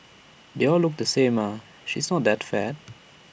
they all look the same ah she's not that fat